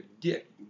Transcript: dick